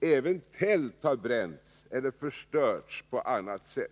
Även tält har bränts eller förstörts på annat sätt.